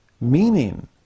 Meaning